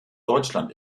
deutschland